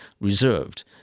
reserved